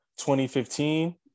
2015